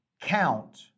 count